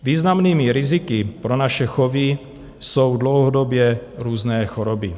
Významnými riziky pro naše chovy jsou dlouhodobě různé choroby.